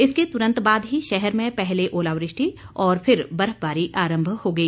इसके तुरंत बाद ही शहर में पहले ओलावृष्टि और फिर बर्फबारी आरंभ हो गई